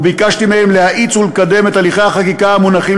וביקשתי מהם להאיץ ולקדם את הליכי החקיקה המונחים